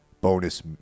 bonus